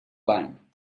line